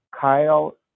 kyle